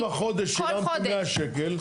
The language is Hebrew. אם החודש שילמתי 100 שקלים,